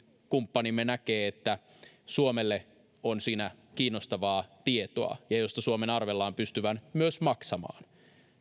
kumppanimme näkee että suomelle on siinä kiinnostavaa tietoa ja josta suomen arvellaan pystyvän myös maksamaan